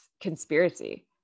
conspiracy